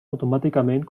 automàticament